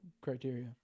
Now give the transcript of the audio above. criteria